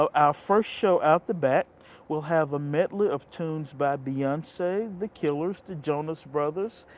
ah our first show out the bat will have a medley of tunes by beyonce, the killers, the jonas brothers,